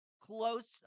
close